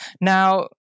Now